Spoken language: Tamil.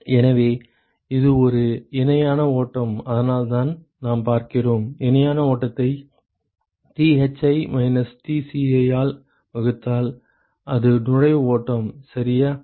எனவே இது ஒரு இணையான ஓட்டம் அதனால்தான் நாம் பார்க்கிறோம் இணையான ஓட்டத்தை Thi மைனஸ் Tci ஆல் வகுத்தால் அது நுழைவு ஓட்டம் சரியா